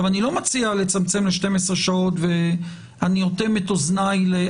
אני לא מציע לצמצם ל-24 שעות ואוטם את אוזניי.